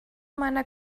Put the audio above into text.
meiner